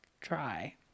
try